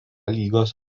lygos